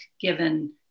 given